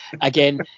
again